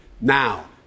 Now